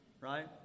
Right